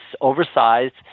oversized